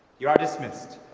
you are dismissed.